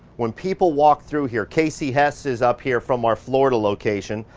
when people walk through here, casey hess is up here from our florida location.